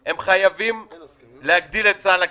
שאול,